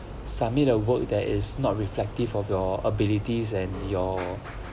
submit a work that is not reflective of your abilities and your